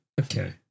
Okay